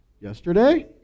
yesterday